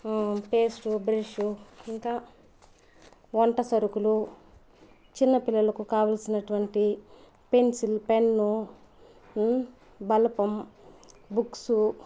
paste brush ఇంకా వంట సరుకులు చిన్నపిల్లలకు కావలసినటువంటి పెన్సిల్ పెన్ను బలపం బుక్సు